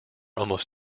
almost